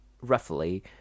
roughly